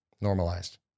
normalized